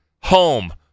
home